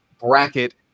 bracket